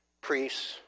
priests